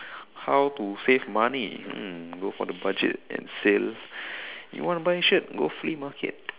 how to save money mm go for the budget and sale you want to buy a shirt go flea market